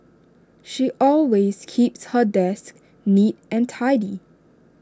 she always keeps her desk neat and tidy